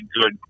good